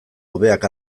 hobeak